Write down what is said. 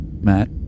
Matt